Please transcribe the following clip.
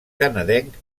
canadenc